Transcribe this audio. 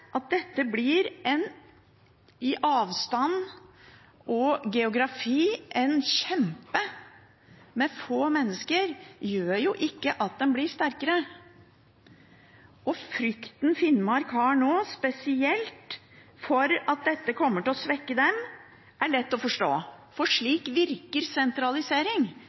at dette i avstand og geografi blir en kjempe, med få mennesker, gjør ikke at en blir sterkere. Frykten Finnmark har nå, spesielt for at dette kommer til å svekke dem, er lett å forstå, for slik virker sentralisering.